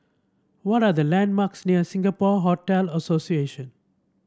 what are the landmarks near Singapore Hotel Association